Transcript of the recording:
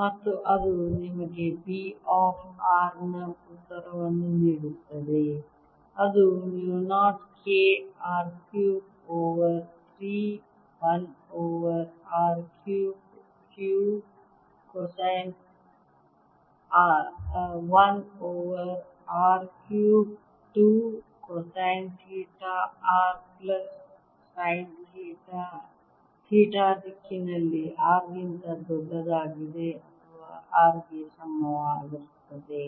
ಮತ್ತು ಅದು ನಿಮಗೆ B ಆಫ್ r ನ ಉತ್ತರವನ್ನು ನೀಡುತ್ತದೆ ಅದು mu 0 K R cube over 3 1 over r cubed 2 cosine theta r plus sine theta theta ದಿಕ್ಕಿನಲ್ಲಿ R ಗಿಂತ ದೊಡ್ಡದಾಗಿದೆ ಅಥವಾ R ಗೆ ಸಮನಾಗಿರುತ್ತದೆ